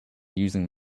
using